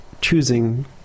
choosing